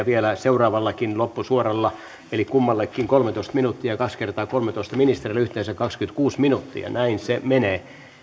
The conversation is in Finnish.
vielä seuraavalla loppusuorallakin eli kummallekin kolmetoista minuuttia ja kaksi kertaa kolmelletoista ministereille on yhteensä kaksikymmentäkuusi minuuttia näin menee